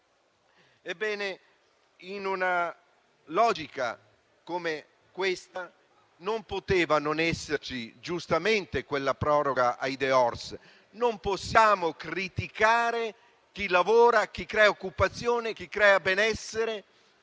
Ebbene, in una logica come questa non poteva non esserci, giustamente, la proroga ai *dehors*. Non possiamo criticare chi lavora e chi crea occupazione e benessere.